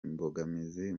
mbogamizi